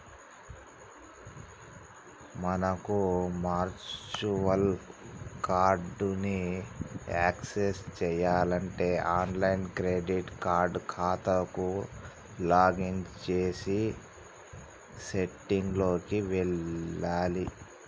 మనకు virtual card ని access చేయాలంటే ఆన్లైన్ క్రెడిట్ కార్డ్ ఖాతాకు లాగిన్ చేసి సెట్టింగ్ లోకి వెళ్లాలి